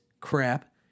crap